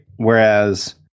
Whereas